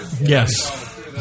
Yes